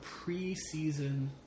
preseason